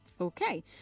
Okay